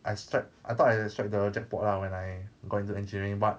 I strike I thought I strike the jackpot lah when I got into engineering but